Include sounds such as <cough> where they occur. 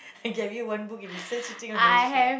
I gave you one book and it's still sitting in your shelf <noise>